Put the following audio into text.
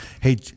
hey